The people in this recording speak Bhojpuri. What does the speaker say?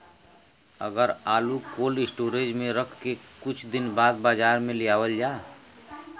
अगर आलू कोल्ड स्टोरेज में रख के कुछ दिन बाद बाजार में लियावल जा?